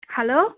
hello